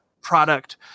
product